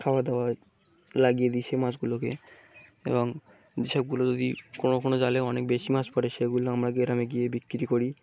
খাওয়া দাওয়া লাগিয়ে দি সে মাছগুলোকে এবং যেসবগুলো যদি কোনো কোনো জালে অনেক বেশি মাছ পে সেগুলো আমরা গেরামে গিয়ে বিক্রি করি